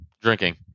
drinking